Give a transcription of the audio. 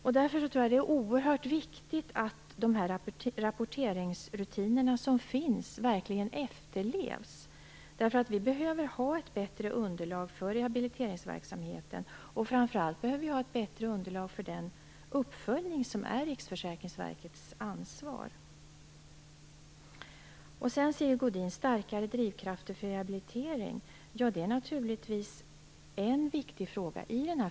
Jag tror att det är oerhört viktigt att de rapporteringsrutiner som finns verkligen efterlevs. Vi behöver nämligen ha ett bättre underlag för rehabiliteringsverksamheten, och framför allt behöver vi ett bättre underlag för den uppföljning som är Riksförsäkringsverkets ansvar. Sigge Godin talar om starkare drivkrafter för rehabilitering. Det är naturligtvis en viktig fråga.